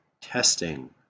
testing